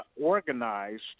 organized